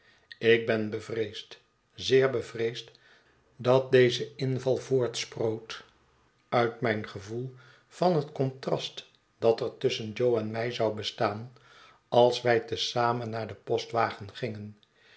ik ben bevreesd zeer bevreesd dat deze inval voortsproot uit mijn gevoel van het contrast dat er tusschen jo en mij zou bestaan als wij te zamen naar den postwagen gingen